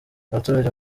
abaturage